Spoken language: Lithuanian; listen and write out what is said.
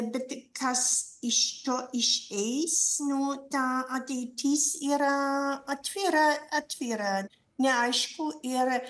bet kas iš jo išeis nu tą ateitis yra atvira atvira neaišku ir